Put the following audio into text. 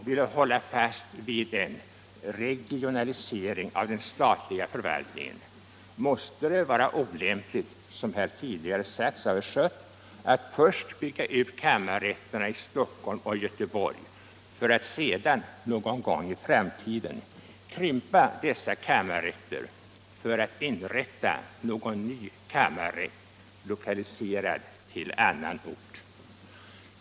Vill man hålla fast vid en regionalisering av den statliga förvaltningen måste det vara olämpligt att, som tidigare sagts av herr Schött, först bygga ut kammarrätterna i Stockholm och Göteborg för att sedan någon gång i framtiden krympa dessa kammarrätter och inrätta en ny kammarrätt, lokaliserad till annan ort.